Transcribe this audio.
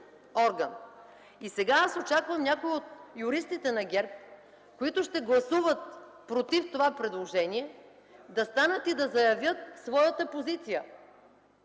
И сега аз очаквам някой от юристите на ГЕРБ, които ще гласуват „против” това предложение, да станат и да заявят своята позиция